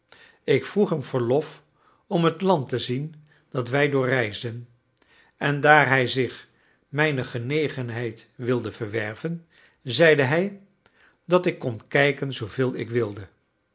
ik vroeg hem verlof om het land te zien dat wij doorreisden en daar hij zich mijne genegenheid wilde verwerven zeide hij dat ik kon kijken zooveel ik wilde